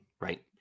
right